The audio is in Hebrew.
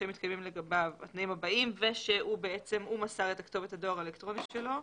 שמתקיימים לגביו התנאים הבאים ושהוא מסר את כתובת הדואר האלקטרוני שלו.